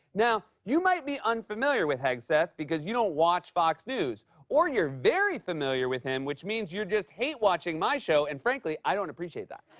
now, you might be unfamiliar with hegseth because you don't watch fox news or you're very familiar with him, which means you just hate watching my show, and, frankly, i don't appreciate that.